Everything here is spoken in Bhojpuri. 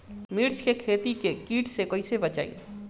मिर्च के खेती कीट से कइसे बचाई?